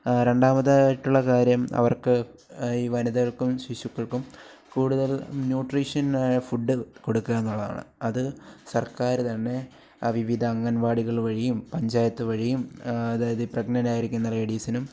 രണ്ടാമതായിട്ടുള്ള കാര്യം അവര്ക്ക് ഈ വനിതകള്ക്കും ശിശുക്കള്ക്കും കൂടുതല് ന്യൂട്രീഷനായ ഫുഡ്ഡ് കൊടുക്കുകയെന്നുള്ളതാണ് അത് സര്ക്കാർ തന്നെ വിവിധ അംഗന്വാടികള് വഴിയും പഞ്ചായത്തു വഴിയും അതായത് ഈ പ്രെഗ്നെന്റായിരിക്കുന്ന ലേഡീസിനും